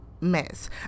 mess